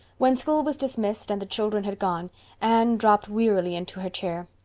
when school was dismissed and the children had gone anne dropped wearily into her chair.